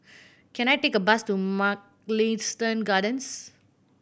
can I take a bus to Mugliston Gardens